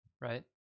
right